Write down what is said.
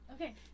Okay